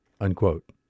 Unquote